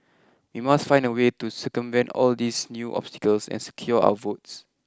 we must find a way to circumvent all these new obstacles and secure our votes